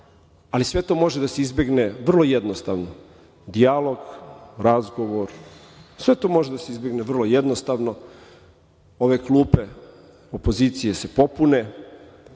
Ali, sve to može da se izbegne vrlo jednostavno – dijalog, razgovor. Sve to može da se izbegne vrlo jednostavno. Ove klupe opozicije se popune,